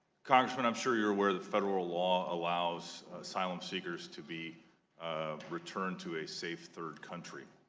congressman, i'm sure you are aware federal law allows asylum-seekers to be returned to a safe third country.